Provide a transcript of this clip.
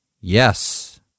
yes